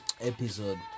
episode